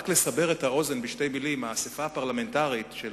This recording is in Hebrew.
רק לסבר את האוזן בשתי מלים, האספה הפרלמנטרית של